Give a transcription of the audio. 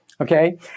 Okay